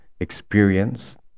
Experienced